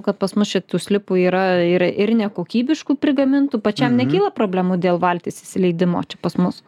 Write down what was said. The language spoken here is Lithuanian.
kad pas mus čia tų slipų yra ir ir nekokybiškų prigamintų pačiam nekyla problemų dėl valties įsileidimo čia pas mus